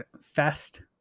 fest